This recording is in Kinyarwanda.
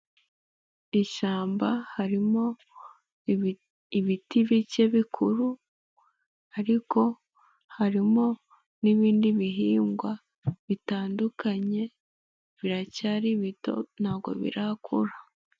Ishyamba harimo ibiti bike bikuru ariko harimo n'ibindi bihingwa bitandukanye, biracyari bito, ntabwo birakura.